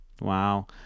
Wow